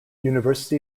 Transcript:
university